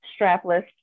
strapless